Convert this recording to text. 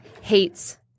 hates